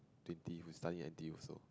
twenty who studies N_T_U also